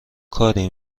کاری